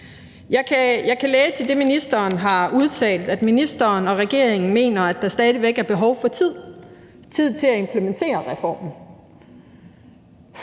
har udtalt, at ministeren og regeringen mener, at der stadig væk er behov for tid til at implementere reformen.